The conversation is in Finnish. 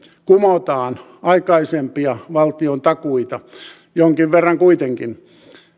kumotaan aikaisempia valtiontakuita jonkin verran kuitenkin